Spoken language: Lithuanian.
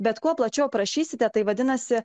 bet kuo plačiau aprašysite tai vadinasi